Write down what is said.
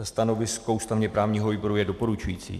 Stanovisko ústavněprávního výboru je doporučující.